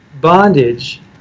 bondage